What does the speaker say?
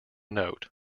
note